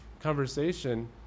conversation